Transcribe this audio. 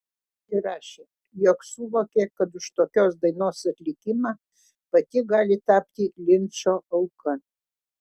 ji rašė jog suvokė kad už tokios dainos atlikimą pati gali tapti linčo auka